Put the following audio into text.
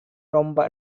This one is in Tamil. ரொம்ப